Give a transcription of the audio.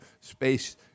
space